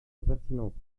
impertinente